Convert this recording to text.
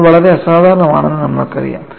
ഇത് വളരെ അസാധാരണമാണെന്ന് നമ്മൾക്കറിയാം